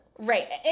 Right